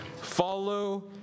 Follow